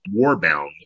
Warbound